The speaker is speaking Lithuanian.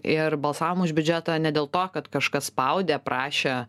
ir balsavom už biudžetą ne dėl to kad kažkas spaudė prašė